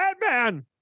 Batman